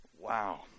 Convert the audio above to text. Wow